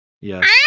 Yes